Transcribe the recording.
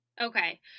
Okay